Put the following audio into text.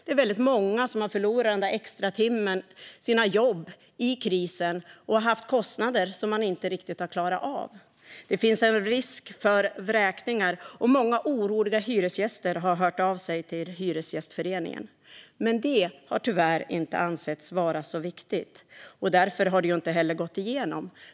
Det är väldigt många som har förlorat den där extratimmen eller sina jobb i krisen och haft kostnader som man inte riktigt har klarat av. Det finns en risk för vräkningar, och många oroliga hyresgäster har hört av sig till Hyresgästföreningen. Detta har tyvärr inte ansetts vara så viktigt, och därför har det inte heller gått igenom.